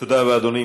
תודה רבה, אדוני.